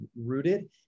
rooted